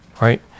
right